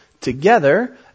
together